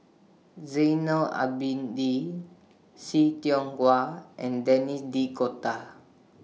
Zainal Abidin See Tiong Wah and Denis D Cotta